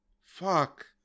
Fuck